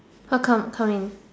how come come in